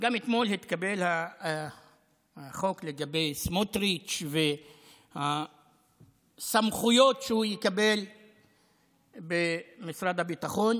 אתמול התקבל גם החוק לגבי סמוטריץ' והסמכויות שהוא יקבל במשרד הביטחון.